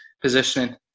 positioning